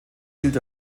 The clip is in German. hielt